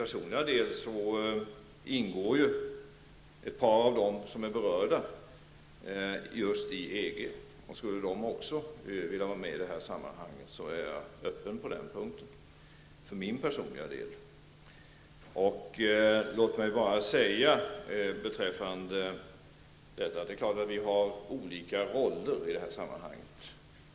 Ett par av de stater som är berörda ingår i EG. Skulle de också vilja vara med i det här sammanhanget är jag för min personliga del öppen på den punkten. Låt mig bara säga att vi naturligtvis har olika roller i det här sammanhanget.